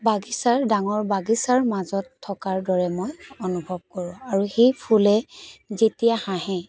বাগিচাৰ ডাঙৰ বাগিচাৰ মাজত থকাৰ দৰে মই অনুভৱ কৰোঁ আৰু সেই ফুলে যেতিয়া হাঁহে